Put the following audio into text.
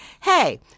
Hey